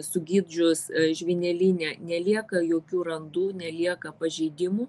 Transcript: sugydžius žvynelinę nelieka jokių randų nelieka pažeidimų